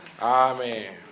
Amen